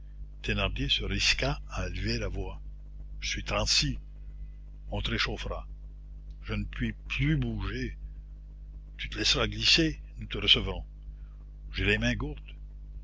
à élever la voix je suis transi on te réchauffera je ne puis plus bouger tu te laisseras glisser nous te recevrons j'ai les mains gourdes